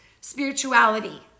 spirituality